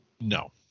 No